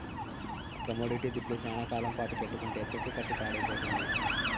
commodity దుడ్లు శ్యానా కాలం పాటు పెట్టుకుంటే తుప్పుపట్టి పాడైపోతుంది